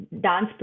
dance